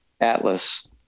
atlas